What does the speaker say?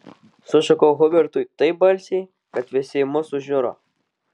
sušukau hubertui taip balsiai kad visi į mus sužiuro